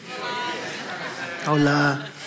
Hola